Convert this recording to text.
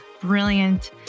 brilliant